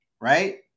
right